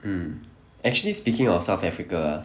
mm actually speaking of south africa ah